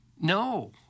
No